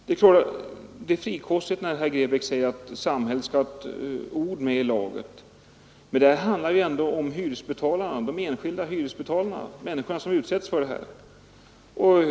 Det är naturligtvis frikostigt av herr Grebäck när han säger att samhället skall ha ett ord med i laget, men här är det fråga om de människor som drabbas, dvs. de enskilda hyresbetalarna.